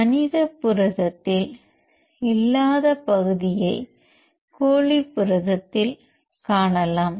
மனித புரதத்தில் இல்லாத பகுதியை கோழி புரதத்தில் காணலாம்